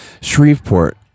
Shreveport